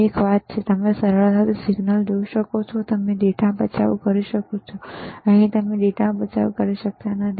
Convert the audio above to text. એક વાત છે તમે સરળતાથી સિગ્નલ જોઈ શકો છો તમે ડેટા બચાવ કરી શકો છો અહીં તમે ડેટા બચાવ કરી શકતા નથી